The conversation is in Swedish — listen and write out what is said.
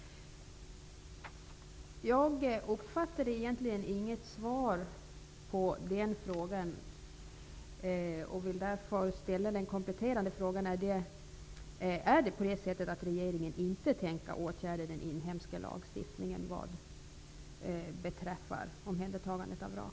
Jag uppfattade egentligen inget svar på min fråga och vill därför ställa en kompletterande fråga: Är det på det sättet att regeringen inte tänker ändra den svenska lagstiftningen vad beträffar omhändertagandet av vrak?